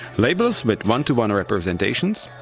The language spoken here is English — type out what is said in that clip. labels with one to one representations,